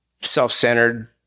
self-centered